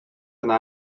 yna